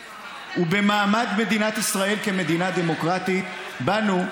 ובמעמד של מדינת ישראל כמדינה דמוקרטית; בנו,